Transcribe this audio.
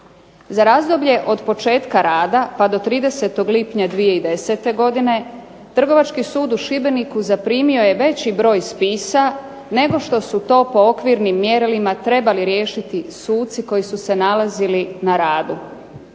Za razdoblje od početka rada pa do 30. lipnja 2010. godine Trgovački sud u Šibeniku zaprimio je veći broj spisa nego što su to po okvirnim mjerilima trebali riješiti suci koji su se nalazili na radu.